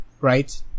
Right